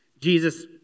Jesus